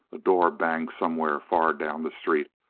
a door banged somewhere far down the street,